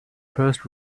first